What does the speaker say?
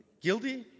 Guilty